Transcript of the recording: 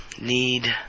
need